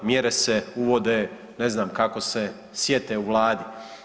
Mjere se uvode, ne znam kako se sjete u Vladi.